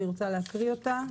אני רוצה להקריא אותה.